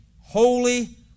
holy